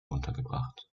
untergebracht